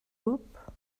group